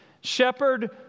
Shepherd